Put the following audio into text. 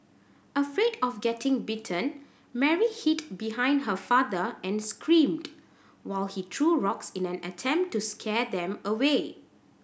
afraid of getting bitten Mary hid behind her father and screamed while he threw rocks in an attempt to scare them away